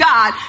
God